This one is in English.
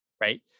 right